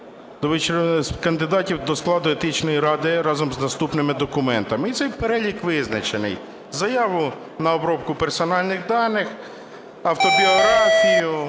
ради... кандидатів до складу Етичної ради разом з наступними документами, і цей перелік визначений: заяву на обробку персональних даних, автобіографію,